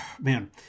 man